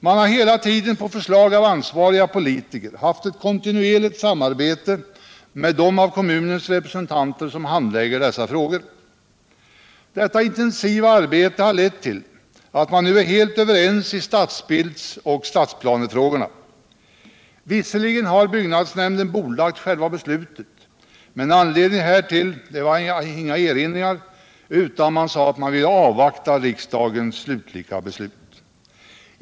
Man har hela tiden på förslag av ansvariga politiker haft ett kontinuerligt samarbete med dem av kommunens representanter som handlägger dessa frågor. Detta intensiva samarbete har lett till att man nu är helt överens i stadsbilds och stadsplanefrågorna. Visserligen har byggnadsnämnden bordlagt själva beslutet, men anledningen härtill var inga erinringar, utan att man ville avvakta riksdagens slutliga beslut.